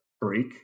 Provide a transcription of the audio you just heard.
break